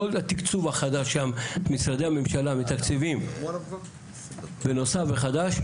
כל התקצוב החדש שמשרדי הממשלה מתקצבי לנוסף וחדש,